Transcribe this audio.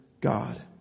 God